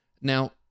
now